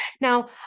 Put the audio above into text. Now